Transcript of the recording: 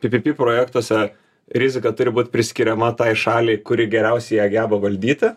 ppp projektuose rizika turi būt priskiriama tai šaliai kuri geriausiai ją geba valdyti